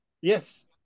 Yes